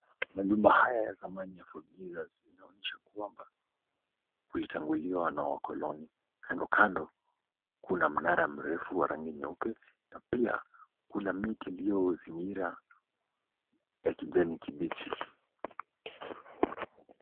Manyumba haya ya zamani ya Fort Jesus inaonyesha kwamba kulitanguliwa na wakoloni. Kando kando kuna mnara mrefu wa rangi nyeupe na pia kuna miti iliozingira ya kijani kibichi.